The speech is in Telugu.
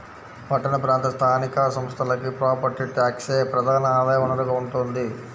పట్టణ ప్రాంత స్థానిక సంస్థలకి ప్రాపర్టీ ట్యాక్సే ప్రధాన ఆదాయ వనరుగా ఉంటోంది